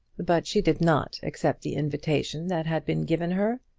but she did not accept the invitation that had been given her.